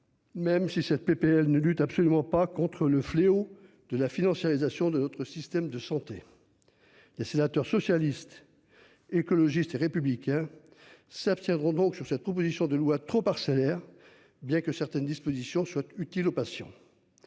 Même si cette PPL ne lutte absolument pas contre le fléau de la financiarisation de notre système de santé. Et sénateur socialiste. Écologiste et républicain s'abstiendront donc sur cette proposition de loi trop parcellaires. Bien que certaines dispositions soit utile aux patients.